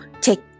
take